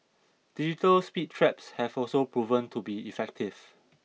digital speed traps have also proven to be effective